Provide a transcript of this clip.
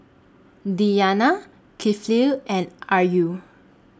Diyana Kifli and Ayu